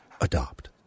Adopt